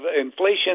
inflation